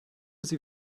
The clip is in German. sie